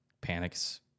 panics